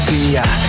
Fear